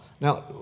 Now